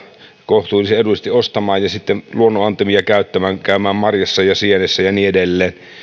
kohtuullisen edullisesti ostamaan ja luonnonantimia käyttämään käymään marjassa ja sienessä ja niin edelleen